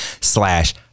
slash